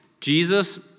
Jesus